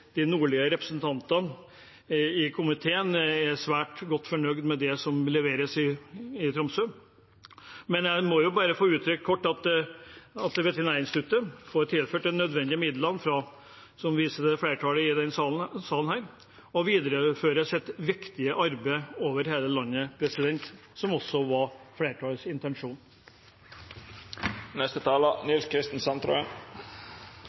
de nordligste fylkene i komiteen er svært godt fornøyd med det som leveres i Tromsø. Jeg må bare kort få uttrykke at Veterinærinstituttet får tilført de nødvendige midlene fra flertallet i denne salen til å videreføre sitt viktige arbeid over hele landet, som også var flertallets intensjon.